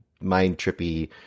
mind-trippy